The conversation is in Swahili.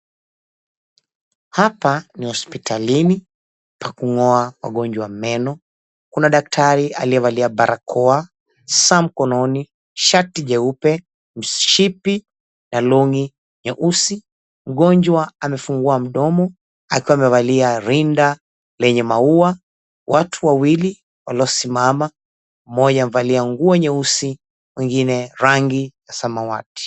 Hapa ni hospitalini pa kung'oa wagonjwa meno. Kuna daktari aliyevalia barakoa, saa mkononi, shati jeupe, mshipi na longi nyeusi. Mgonjwa amefungua mdomo, akiwa amevalia rinda lenye maua. Watu wawili waliosimama, mmoja amevalia nguo nyeusi, mwingine rangi ya samawati.